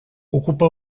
ocupa